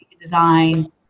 design